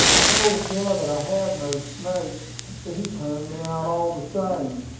i told gavett i had no snake but he turned me out, all the same.